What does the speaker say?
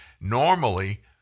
normally